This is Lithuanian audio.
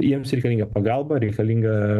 jiems reikalinga pagalba reikalinga